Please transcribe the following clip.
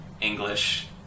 English